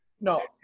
No